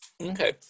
Okay